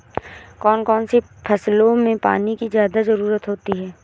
कौन कौन सी फसलों में पानी की ज्यादा ज़रुरत होती है?